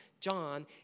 John